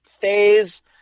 phase